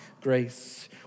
grace